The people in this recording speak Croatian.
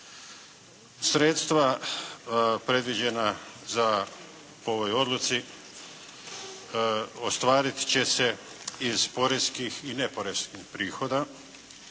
Sredstva predviđena po ovoj odluci ostvarit će se iz poreskih i neporeskih prihoda,